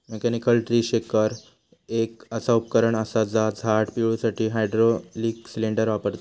mechanical tree shaker एक असा उपकरण असा जा झाड पिळुसाठी हायड्रॉलिक सिलेंडर वापरता